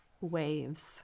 waves